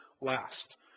last